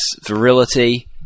virility